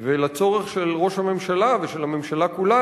ולצורך של ראש הממשלה ושל הממשלה כולה